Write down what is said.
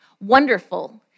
wonderful